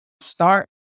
start